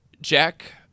Jack